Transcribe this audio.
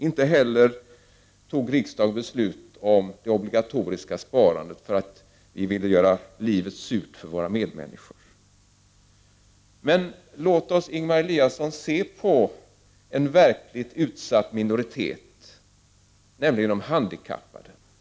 Inte heller fattade riksdagen beslut om det obligatoriska sparandet för att vi vill göra livet surt för våra medmänniskor. Låt oss, Ingemar Eliasson, se på en verkligt utsatt minoritet, nämligen de handikappade.